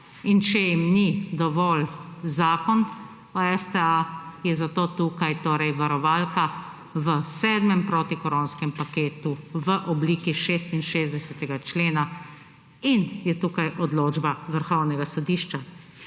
In če jim ni dovolj Zakon o STA, je zato tukaj torej varovalka v 7. protikoronskem paketu v obliki 66. člena in je tukaj odločba Vrhovnega sodišča.